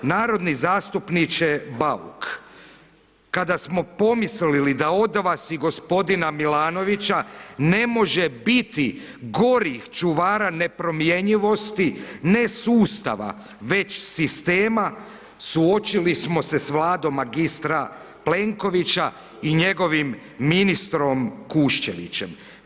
Narodni zastupniče Bauk, kada smo pomislili da od vas i gospodina Milanovića, ne može biti gorih čuvara nepromjenjivosti, ne sustava, već sistema, suočili smo se s vladom magistra Plenkovića i njegovim ministrom Kuščlevićem.